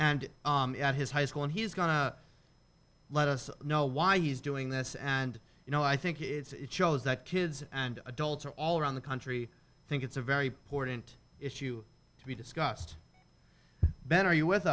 and his high school and he's going to let us know why he's doing this and you know i think it's shows that kids and adults are all around the country think it's a very important issue to be discussed ben are you with